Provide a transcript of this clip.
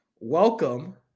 Welcome